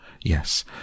yes